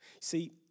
see